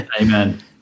Amen